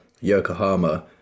Yokohama